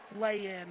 lay-in